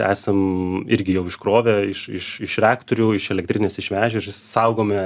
esam irgi jau iškrovę iš iš iš reaktorių iš elektrinės išvežę ir saugome